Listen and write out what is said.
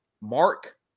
Mark